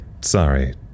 sorry